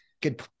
Good